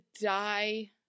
die